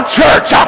church